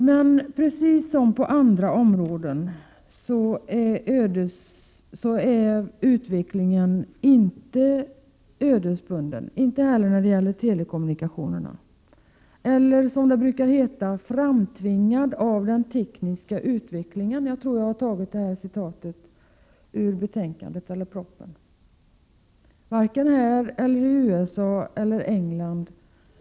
Men utvecklingen är här, lika litet som på övriga områden, ödesbunden eller ”framtvingad av den tekniska utvecklingen”, lika litet här som i USA eller England.